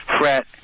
fret